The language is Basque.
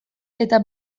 eta